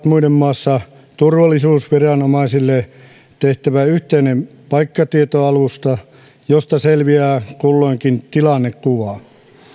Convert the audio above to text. muiden muassa turvallisuusviranomaisille tehtävä yhteinen paikkatietoalusta josta selviää kulloinkin tilannekuva